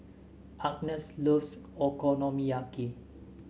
Agnes loves Okonomiyaki